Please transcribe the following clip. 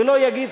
ולא יגיד,